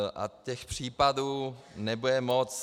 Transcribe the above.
A těch případů nebude moc.